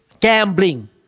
gambling